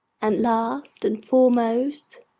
and last, and foremost,